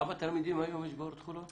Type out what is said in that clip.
כמה תלמידים היום יש באורט חולון?